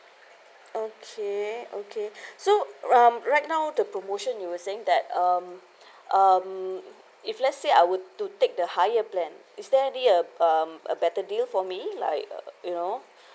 okay okay so um right now the promotion you were saying that um um if let's say I would to take the higher plan is there any a um a better deal for me like you know